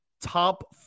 top